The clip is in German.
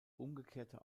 umgekehrte